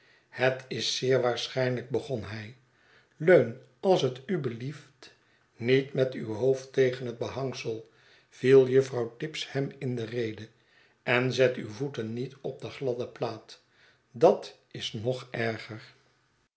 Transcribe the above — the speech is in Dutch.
het is zeer waarschijnlijk begon hij leun als j t u blieft niet met uw hoofd tegen het behangsel viel juffrouw tibbs hem in de rede en zet uw voeten niet op de gladde plaat dat is nog erger